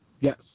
Yes